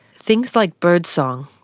things like birdsong,